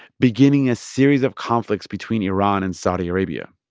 beginning a series of conflicts between iran and saudi arabia.